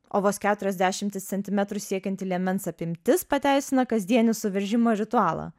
o vos keturias dešimtis centimetrų siekianti liemens apimtis pateisina kasdienį suveržimo ritualą